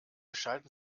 schalten